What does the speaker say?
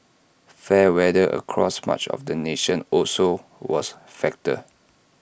fair weather across much of the nation also was factor